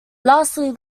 lastly